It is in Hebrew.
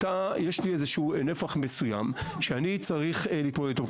יש לי נפח מסוים שאני צריך להתמודד איתו.